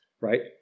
right